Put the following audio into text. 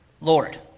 Lord